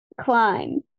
climb